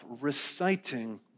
reciting